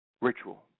ritual